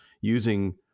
using